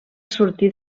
sortir